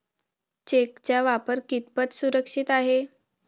चेकचा वापर कितपत सुरक्षित आहे?